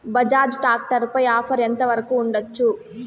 Bajaj tractor పై offer ఎంత వరకు ఉండచ్చు?